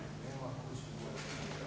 Hvala